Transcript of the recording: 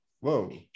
Whoa